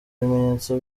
ibimenyetso